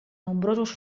nombrosos